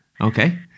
Okay